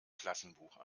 klassenbuch